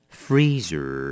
freezer